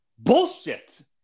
Bullshit